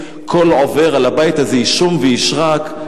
כל עובר על הבית הזה יישום וישרק,